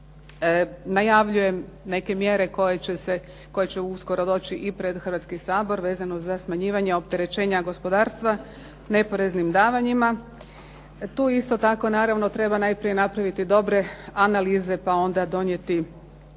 aktivnosti. Najavljujem neke mjere koje će uskoro doći i pred Hrvatski sabor vezano za smanjivanje opterećenja gospodarstva neporeznim davanjima. Tu isto tako naravno treba najprije napraviti dobre analize, pa onda donijeti